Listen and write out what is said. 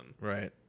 Right